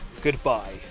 Goodbye